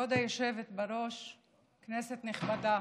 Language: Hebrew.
כבוד היושבת בראש, כנסת נכבדה,